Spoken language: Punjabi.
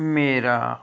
ਮੇਰਾ